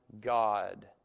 God